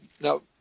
now